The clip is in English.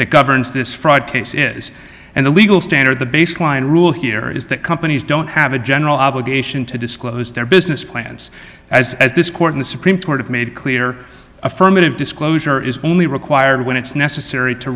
that governs this fraud case is and the legal standard the baseline rule here is that companies don't have a general obligation to disclose their business plans as as this court in the supreme court made clear affirmative disclosure is only required when it's necessary to